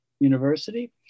University